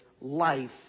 life